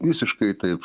visiškai taip